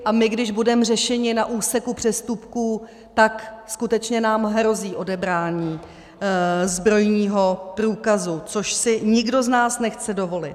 A my když budeme řešeni na úseku přestupků, tak skutečně nám hrozí odebrání zbrojního průkazu, což si nikdo z nás nechce dovolit.